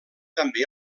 també